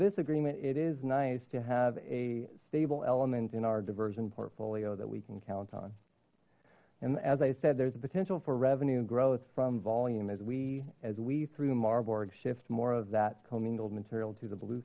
this agreement it is nice to have a stable element in our diversion portfolio that we can count on and as i said there's potential for revenue growth from volume as we as we through marburg shift more of that commingled material to the blue